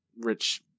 rich